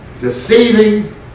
Deceiving